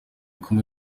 kumwe